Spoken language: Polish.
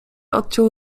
odciął